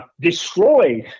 destroyed